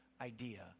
idea